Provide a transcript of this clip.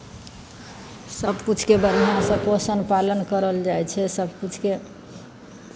सभकिछुके बढ़िआँसँ पोषण पालन करल जाइ छै सभकिछुके